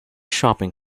shopping